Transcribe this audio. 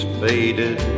faded